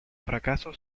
fracaso